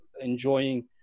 enjoying